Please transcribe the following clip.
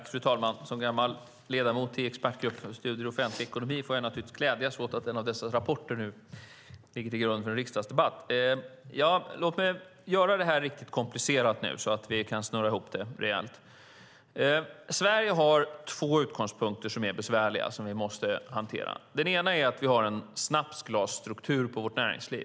Fru talman! Som gammal ledamot i Expertgruppen för studier i offentlig ekonomi får jag naturligtvis glädjas åt att en av dess rapporter nu ligger till grund för en riksdagsdebatt. Låt mig göra det här riktigt komplicerat nu, så att vi kan snurra ihop det rejält! Sverige har två utgångspunkter som är besvärliga och som vi måste hantera. Den ena är att vi har en snapsglasstruktur på vårt näringsliv.